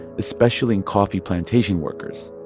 especially in coffee plantation workers.